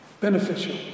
Beneficial